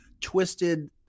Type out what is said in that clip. twisted